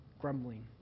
grumbling